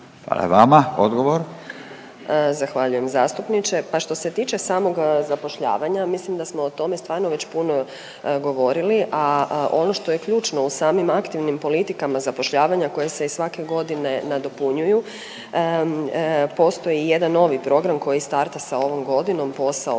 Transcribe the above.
Željka (HDZ)** Zahvaljujem zastupniče. Pa što se tiče samog zapošljavanja mislim da smo o tome stvarno već puno govorili, a ono što je ključno u samim aktivnim politikama zapošljavanja koje se i svake godine nadopunjuju postoji i jedan novi program koji starta sa ovom godinom Posao plus